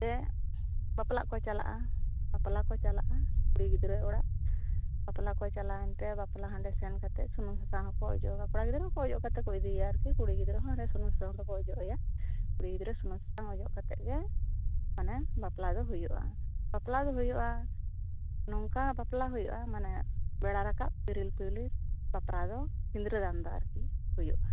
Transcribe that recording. ᱡᱮ ᱵᱟᱯᱞᱟ ᱠᱚ ᱪᱟᱞᱟᱜᱼᱟ ᱵᱟᱯᱞᱟ ᱠᱚ ᱪᱟᱞᱟᱜᱼᱟ ᱠᱩᱲᱤ ᱜᱤᱫᱽᱨᱟᱹ ᱚᱲᱟᱜ ᱵᱟᱯᱞᱟ ᱠᱚ ᱪᱟᱞᱟᱣ ᱮᱱᱛᱮ ᱦᱟᱱᱰᱮ ᱥᱮᱱ ᱠᱟᱛᱮᱫ ᱥᱩᱱᱩᱢ ᱥᱟᱥᱟᱝ ᱦᱚᱸᱠᱚ ᱚᱡᱚᱜᱟ ᱠᱚᱲᱟ ᱜᱤᱫᱽᱨᱟᱹ ᱦᱚᱸᱠᱚ ᱚᱡᱚᱜ ᱠᱟᱛᱮ ᱠᱚ ᱤᱫᱤᱭᱮᱭᱟ ᱟᱨᱠᱤ ᱠᱩᱲᱤ ᱜᱤᱫᱽᱨᱟ ᱥᱩᱱᱩᱢ ᱥᱟᱥᱟᱝ ᱫᱚᱠᱚ ᱚᱡᱚᱜ ᱟᱭᱟ ᱠᱩᱲᱤ ᱜᱤᱫᱽᱨᱟᱹ ᱥᱩᱱᱩᱢ ᱥᱟᱥᱟᱝ ᱚᱡᱚᱜ ᱠᱟᱛᱮᱫ ᱜᱮ ᱢᱟᱱᱮ ᱵᱟᱯᱞᱟ ᱫᱚ ᱦᱩᱭᱩᱜᱼᱟ ᱵᱟᱯᱞᱟ ᱫᱚ ᱦᱩᱭᱩᱜᱼᱟ ᱱᱚᱝᱠᱟ ᱵᱟᱯᱞᱟ ᱦᱩᱭᱩᱜᱼᱟ ᱢᱟᱱᱮ ᱵᱮᱲᱟ ᱨᱟᱠᱟᱵ ᱯᱤᱨᱤᱞ ᱯᱤᱨᱤᱞ ᱵᱟᱯᱞᱟ ᱫᱚ ᱥᱤᱸᱫᱨᱟᱹ ᱫᱟᱱ ᱫᱚ ᱟᱨᱠᱤ ᱦᱩᱭᱩᱜᱼᱟ